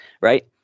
right